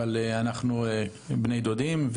אנחנו בני דודים.